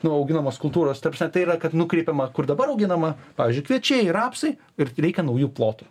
nuo auginamos kultūros ta prasme tai yra kad nukreipiama kur dabar auginama pavyzdžiui kviečiai rapsai ir reikia naujų plotų